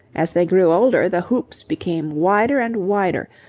as they grew older the hoops became wider and wider,